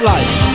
Life